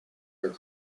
are